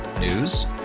News